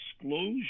disclosure